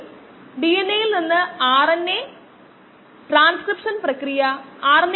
അതിനാൽ minus rd എന്നത് minus kdxv ന് തുല്യമാണ് അതാണ് നമ്മൾ മുമ്പ് കണ്ടത്